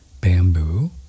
bamboo